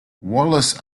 wallace